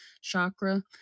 chakra